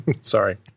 Sorry